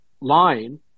line